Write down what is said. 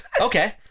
Okay